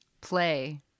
play